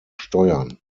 steuern